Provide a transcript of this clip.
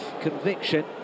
conviction